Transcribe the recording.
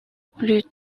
plus